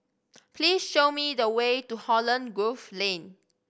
please show me the way to Holland Grove Lane